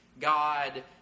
God